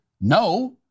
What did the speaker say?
No